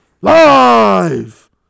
live